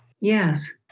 Yes